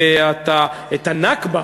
ואת הנכבה,